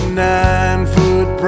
nine-foot